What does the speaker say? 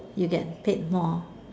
you get paid more